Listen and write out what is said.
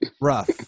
Rough